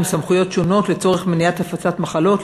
סמכויות שונות לצורך מניעת הפצת מחלות,